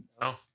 No